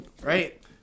Right